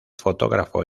fotógrafo